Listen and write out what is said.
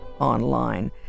online